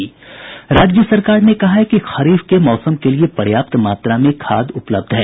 राज्य सरकार ने कहा है कि खरीफ के मौसम के लिए पर्याप्त मात्रा में खाद उपलब्ध है